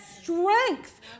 strength